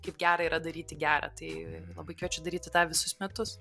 kaip gera yra daryti gera tai labai kviečiu daryti tą visus metus